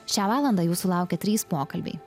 šią valandą jūsų laukia trys pokalbiai